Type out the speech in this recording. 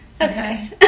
okay